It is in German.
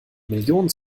millionen